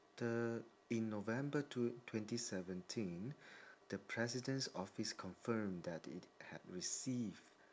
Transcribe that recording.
the in november two twenty seventeen the president's office confirmed that it had received